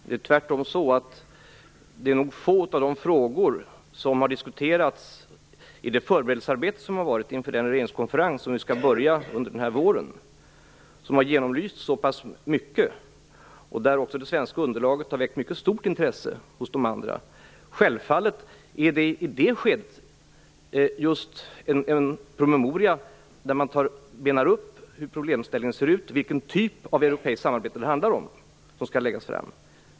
Herr talman! Det är tvärtom så att få av de frågor som har diskuterats i det förberedelsearbete som har varit inför den regeringskonferens som skall börja under denna vår har genomlysts så mycket, och det svenska underlaget har väckt mycket stort intresse hos de andra. Självfallet är det i det skedet just en promemoria, där man benar upp problemställningen och ser vilken typ av europeiskt samarbete det handlar om, som skall läggas fram.